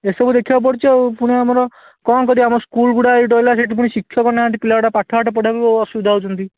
ଏସବୁ ଦେଖିବାକୁ ପଡ଼ୁଛି ଆଉ ପୁଣି ଆମର କ'ଣ କରିବା ଆମ ସ୍କୁଲ ଗୁଡ଼ାକ ଏଇଠି ରହିଲା ସେଇଠି ପୁଣି ଶିକ୍ଷକ ନାହାଁନ୍ତି ପିଲା ଗୁଡ଼ାକ ପାଠ ଆଠ ପଢ଼ିବାକୁ ଅସୁବିଧା ହେଉଛନ୍ତି